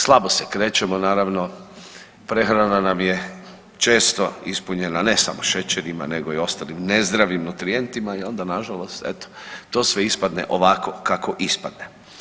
Slabo se krećemo naravno, hrana nam je često ispunjena ne samo šećerima nego i ostalim nezdravim nutrijentima i onda na žalost eto to sve ispadne ovako kako ispadne.